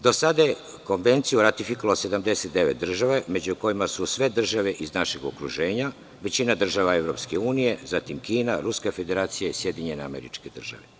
Do sada je konvenciju ratifikovalo 79 država, među kojima su sve države iz našeg okruženja, većina država EU, zatim Kina, Ruska Federacija i SAD.